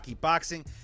boxing